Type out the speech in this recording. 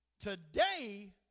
Today